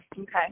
Okay